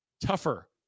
tougher